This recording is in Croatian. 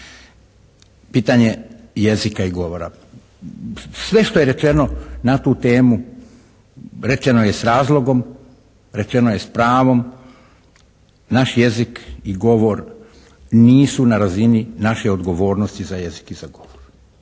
pitanje jezika i govora. Sve što je rečeno na tu temu rečeno je s razlogom, rečeno je s pravom. Naš jezik i govor nisu na razini naše odgovornosti za jezik i za govor.